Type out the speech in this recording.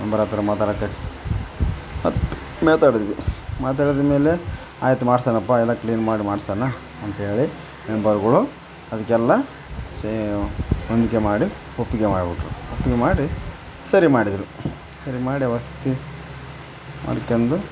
member ಹತ್ರ ಮಾತಾಡೋಕ್ ಕಳ್ಸಿ ಮಾತಾಡಿದ್ವಿ ಮಾತಾಡಿದ್ಮೇಲೆ ಆಯ್ತು ಮಾಡ್ಸೋಣಪ್ಪ ಎಲ್ಲ ಕ್ಲೀನ್ ಮಾಡು ಮಾಡ್ಸೋಣ ಅಂತೇಳಿ ಮೆಂಬರ್ಗಳು ಅದಕೆಲ್ಲ ಸೆ ಹೊಂದಿಕೆ ಮಾಡಿ ಒಪ್ಪಿಗೆ ಮಾಡ್ಬಿಟ್ರು ಒಪ್ಪಿಗೆ ಮಾಡಿ ಸರಿ ಮಾಡಿದ್ರು ಸರಿ ಮಾಡಿ ವ್ಯವಸ್ಥೆ ಮಾಡ್ಕೊಂಡು